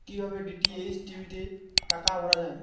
কি ভাবে DTH TV তে টাকা ভরা হয়?